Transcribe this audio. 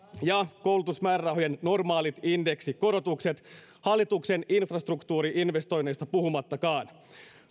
ja koulutusmäärärahojen normaalit indeksikorotukset hallituksen infrastruktuuri investoinneista puhumattakaan